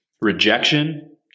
rejection